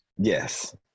Yes